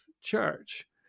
church